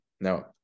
no